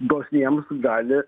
dosniems gali